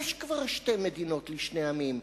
כבר יש שתי מדינות לשני עמים,